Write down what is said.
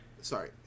Sorry